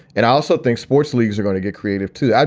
and i also think sports leagues are going to get creative too.